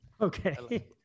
Okay